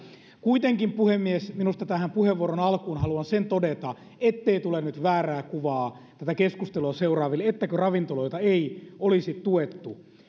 kuitenkin puhemies tähän puheenvuoron alkuun haluan todeta ettei tule nyt väärää kuvaa tätä keskustelua seuraaville ettäkö ravintoloita ei olisi tuettu